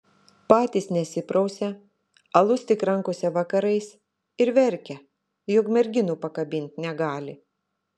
patys nesiprausia alus tik rankose vakarais ir verkia jog merginų pakabint negali